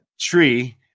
tree